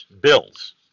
bills